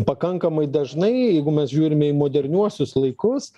pakankamai dažnai jeigu mes žiūrime į moderniuosius laikus